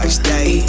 stay